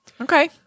Okay